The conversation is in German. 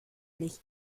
nicht